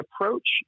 approach